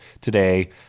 today